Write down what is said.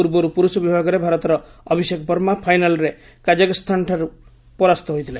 ପୂର୍ବରୁ ପୁରୁଷ ବିଭାଗରେ ଭାରତର ଅଭିଷେକ ବର୍ମା ଫାଇନାଲ୍ରେ କାଜଗସ୍ତାନଠାରୁ ପରାସ୍ତ ହୋଇଥିଲେ